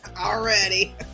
already